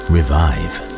Revive